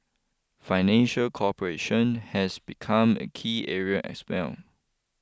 financial cooperation has become a key area as well